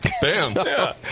Bam